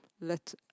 let